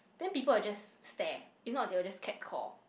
then people will just stare if not they will just cat call